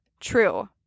true